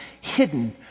hidden